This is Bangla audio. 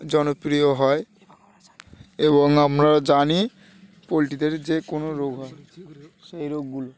জনপ্রিয় হয় এবং আমরা জানি পোলট্রিদের যে কোনো রোগ হয় সেই রোগগুলো